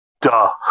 duh